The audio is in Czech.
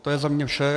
To je za mě vše.